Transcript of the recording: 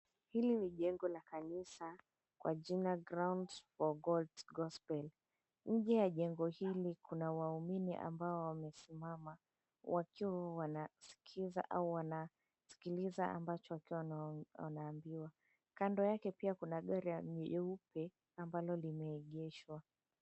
Hili ni jengo la kanisa kwa jina Grounds for God Gospel. Nje ya jengo hili kuna waumini ambao wamesimama wakiwa wanasikiza au wanasikiliza ambacho wakiwa wanaambiwa. Kando yake pia kuna gari nyeupe ambalo limeegeshwa.